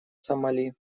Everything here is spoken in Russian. сомали